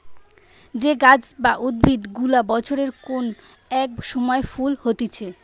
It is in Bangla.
যে গাছ বা উদ্ভিদ গুলা বছরের কোন এক সময় ফল হতিছে